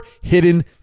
hidden